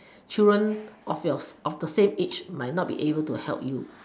children of your of the same age might not be able to help you